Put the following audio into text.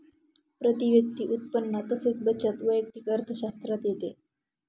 प्रती व्यक्ती उत्पन्न तसेच बचत वैयक्तिक अर्थशास्त्रात येते